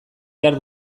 behar